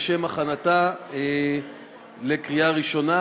לשם הכנתה לקריאה ראשונה,